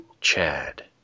Chad